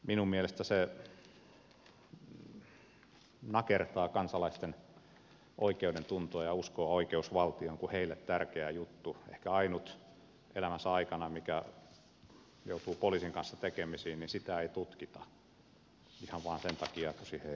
minun mielestäni se nakertaa kansalaisten oikeudentuntoa ja uskoa oikeusvaltioon kun heille tärkeää juttua ehkä elämänsä aikana ainutta missä joutuu poliisin kanssa tekemisiin ei tutkita ihan vain sen takia että siihen ei ole resursseja